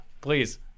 please